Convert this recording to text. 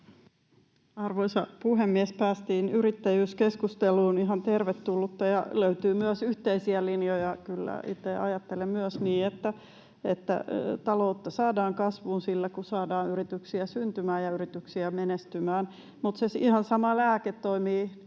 Arvoisa puhemies! Päästiin yrittäjyyskeskusteluun — ihan tervetullutta, ja löytyy myös yhteisiä linjoja. Kyllä myös itse ajattelen niin, että taloutta saadaan kasvuun sillä, kun saadaan yrityksiä syntymään ja yrityksiä menestymään. Se ihan sama lääke, mikä